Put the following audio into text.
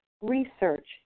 research